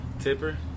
Tipper